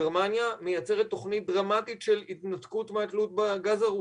גרמניה מייצרת תוכנית דרמטית של התנתקות מהתלות בגז הרוסי.